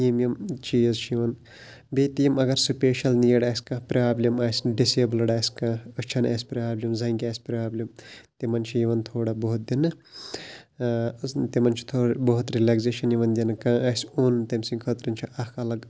یِم یِم چیٖز چھِ یِوان بیٚیہِ تہِ یِمن اَگَر سُپیٚشَل نیٖڈ آسہِ کانٛہہ پرٛابلِم آسہِ ڈِس ایبلٕڈ آسہِ کانٛہہ أچھَن آسہِ پرٛابلِم زَنٛگہِ آسہِ پرٛابلِم تِمَن چھُ یِوان تھوڑا بہت دِنہٕ تِمَن چھُ تھوڑا بہت رِلٔکزیشَن یِوان دِنہٕ کانٛہہ آسہِ اوٚن تٔمۍ سٕنٛدِ خٲطرٕ چھِ اَکھ اَلَگ